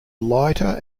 lighter